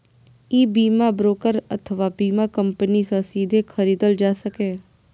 ई बीमा ब्रोकर अथवा बीमा कंपनी सं सीधे खरीदल जा सकैए